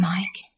Mike